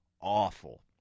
awful